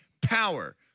power